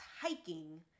hiking